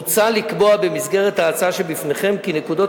מוצע לקבוע במסגרת ההצעה שבפניכם כי נקודות